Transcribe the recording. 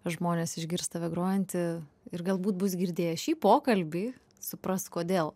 žmonės išgirs tave grojantį ir galbūt bus girdėję šį pokalbį supras kodėl